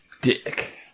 Dick